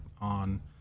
on